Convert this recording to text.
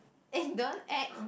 eh don't act